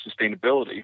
sustainability